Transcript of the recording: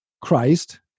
Christ